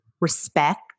respect